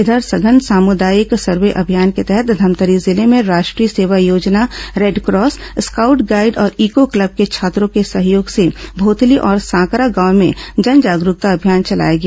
इधर सघन सामुदायिक सर्वे अभियान के तहत धमतरी जिले में Rashtriya Seva Yojana red cross scout guide और इको क्लब के छात्रों के सहयोग से भोथली और सांकरा गांव भें जन जागरूकता अभियान चलाया गया